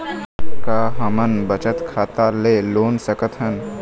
का हमन बचत खाता ले लोन सकथन?